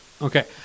Okay